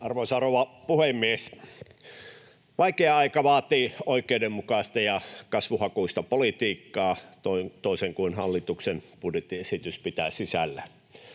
Arvoisa rouva puhemies! Vaikea aika vaatii oikeudenmukaista ja kasvuhakuista politiikkaa, toisin kuin hallituksen budjettiesitys pitää sisällään.